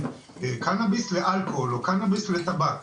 קנאביס לאלכוהול או בין קנאביס לטבק,